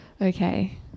Okay